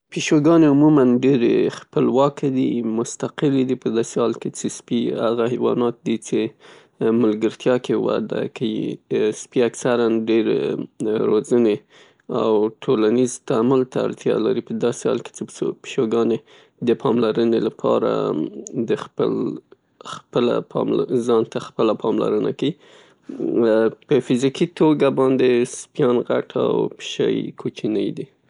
پیشوګانې معمولاً ډیرې خپلواکې دي، مستقلې دي په داسې حال کې چې سپي هغه حیوانات دي چې ملګرتیا کې وده کيي. سپي اکثراً روزنې او ټولنیز تعامل ته اړتیا لري په داسې حال کې چې پیشوګانې د پاملرنې له پاره د خپل خپله پاملرنه ځانته پاملرنه کيي. په فزیکي توګه باندې سپیان غټ او پیشۍ کوچنۍ دي.